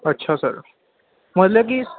ਅੱਛਾ ਸਰ ਮਤਲਬ ਕਿ